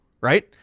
right